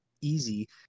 easy